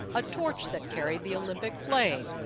a torch that carried the olympic flame.